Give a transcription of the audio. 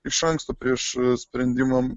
iš anksto prieš sprendimo